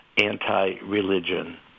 anti-religion